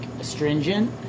astringent